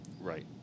Right